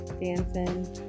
dancing